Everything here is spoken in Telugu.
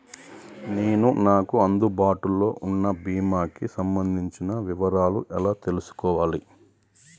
నేను నాకు అందుబాటులో ఉన్న బీమా కి సంబంధించిన వివరాలు ఎలా తెలుసుకోవాలి?